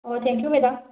ꯑꯣ thank you madam